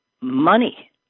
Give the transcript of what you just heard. money